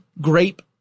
grape